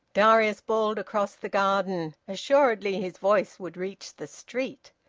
darius bawled across the garden assuredly his voice would reach the street.